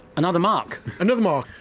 another mark. another mark.